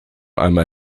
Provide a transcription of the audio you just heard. einmal